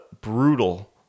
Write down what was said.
brutal